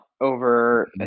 over